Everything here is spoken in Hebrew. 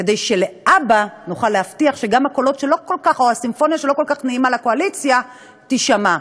כדי שלהבא נוכל להבטיח שגם הסימפוניה שלא כל כך נעימה לקואליציה תישמע.